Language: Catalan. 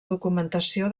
documentació